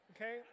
okay